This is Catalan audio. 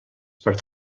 per